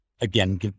again